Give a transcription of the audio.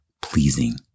pleasing